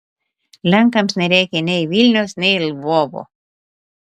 lenkams nereikia nei vilniaus nei lvovo